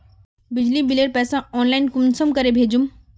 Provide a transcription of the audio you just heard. बिजली बिलेर पैसा ऑनलाइन कुंसम करे भेजुम?